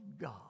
God